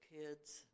kids